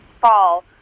fall